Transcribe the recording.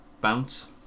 bounce